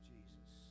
Jesus